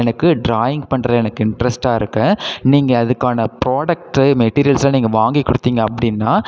எனக்கு ட்ராயிங் பண்ணுறதுல எனக்கு இன்ட்ரெஸ்ட்டாக இருக்கேன் நீங்கள் அதற்கான ப்ராடக்ட்ஸை மெட்டீரியல்ஸை நீங்கள் வாங்கி கொடுத்தீங்க அப்படின்னா